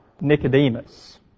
Nicodemus